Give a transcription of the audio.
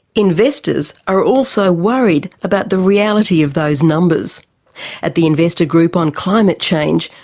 investors are also worried about the reality of those numbers at the investor group on climate change,